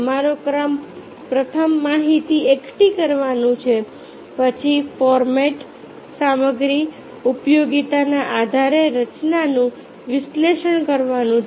તમારું કામ પ્રથમ માહિતી એકઠી કરવાનું છે પછી ફોર્મેટ સામગ્રી ઉપયોગિતાના આધારે રચનાનું વિશ્લેષણ કરવાનું છે